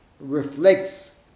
reflects